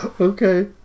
Okay